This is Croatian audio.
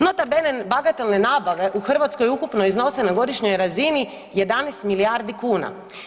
Nota bene, bagatelne nabave u Hrvatskoj ukupno iznose na godišnjoj razini 11 milijardi kuna.